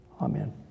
Amen